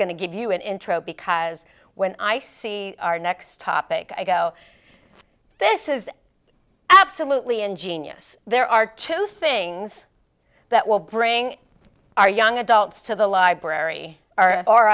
to give you an intro because when i see our next topic i go this is absolutely ingenious there are two things that will bring our young adults to the library or